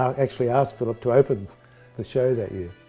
actually asked phillip to open the show that year.